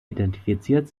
identifiziert